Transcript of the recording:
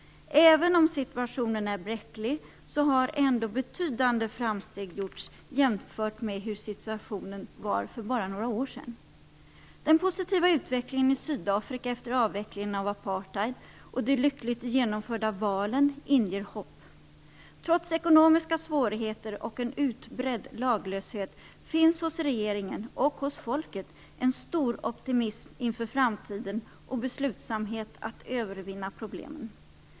Även om situationen är bräcklig så har ändå betydande framsteg gjorts jämfört med hur situationen var bara för några år sedan. Den positiva utvecklingen i Sydafrika efter avvecklingen av apartheid och de lyckligt genomförda valen inger hopp. Trots ekonomiska svårigheter och en utbredd laglöshet finns hos regeringen och hos folket en stor optimism inför framtiden och beslutsamhet att övervinna problemen.